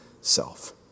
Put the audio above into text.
self